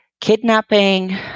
kidnapping